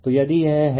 तो यदि यह है